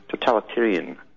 totalitarian